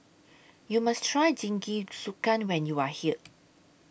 YOU must Try Jingisukan when YOU Are here